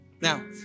Now